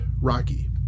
Rocky